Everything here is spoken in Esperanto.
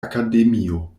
akademio